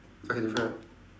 okay different ah